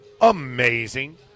Amazing